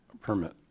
permit